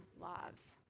lives